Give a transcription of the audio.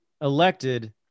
elected